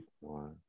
one